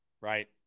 Right